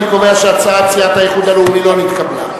אני קובע שהצעת סיעת האיחוד הלאומי לא נתקבלה.